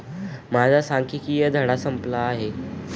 माझा सांख्यिकीय धडा संपला आहे